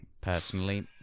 personally